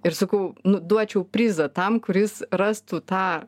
ir sakau nu duočiau prizą tam kuris rastų tą